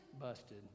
Busted